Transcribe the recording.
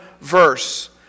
verse